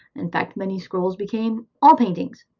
in fact many scrolls became all paintings.